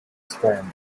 sperm